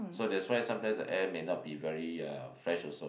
so that's why sometimes the air may not be very uh fresh also